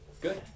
good